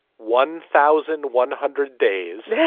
one thousand one hundred days. yeah